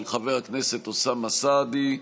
של חבר הכנסת אוסאמה סעדי,